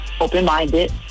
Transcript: open-minded